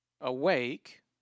awake